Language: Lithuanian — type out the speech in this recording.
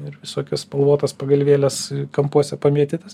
ir visokias spalvotas pagalvėles kampuose pamėtytas